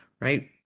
right